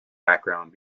background